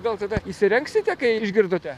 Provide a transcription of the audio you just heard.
gal tada įsirengsite kai išgirdote